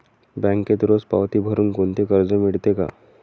बँकेत रोज पावती भरुन कोणते कर्ज मिळते का?